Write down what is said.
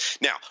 Now